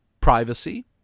privacy